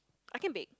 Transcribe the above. I can bake